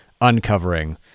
uncovering